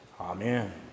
Amen